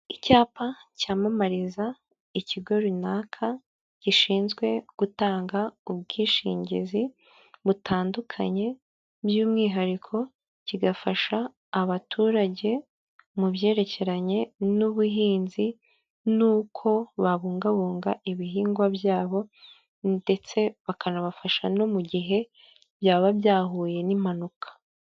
Icyapa cyamamariza ikigo runaka gishinzwe gutanga ubwishingizi butandukanye by'umwihariko kigafasha abaturage mu byerekeranye n'ubuhinzi n'uko babungabunga ibihingwa byabo ndetse bakanabafasha no mu gihe byaba byahuye n'impanuka.